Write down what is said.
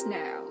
now